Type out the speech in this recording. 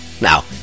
now